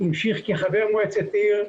המשיך כחבר מועצת עיר,